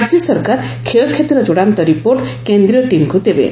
ରାଜ୍ୟ ସରକାର କ୍ଷୟକ୍ଷତିର ଚୂଡ଼ାନ୍ତ ରିପୋର୍ଟ କେନ୍ଦ୍ରୀୟ ଟିମ୍କୁ ଦେବେ